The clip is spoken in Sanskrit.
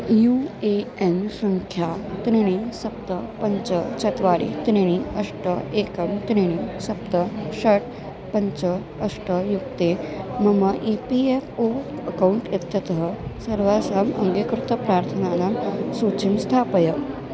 यू ए एन् सङ्ख्या त्रीणि सप्त पञ्च चत्वारि त्रीणि अष्ट एकं त्रीणि सप्त षट् पञ्च अष्ट युक्ते मम E P F O account इत्यतः सर्वासाम् अङ्गीकृतप्रार्थनानां सूचीं स्थापय